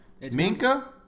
Minka